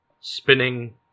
spinning